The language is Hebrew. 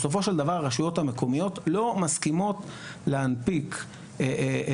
בסופו של דבר הרשויות המקומיות לא מסכימות להנפיק מבני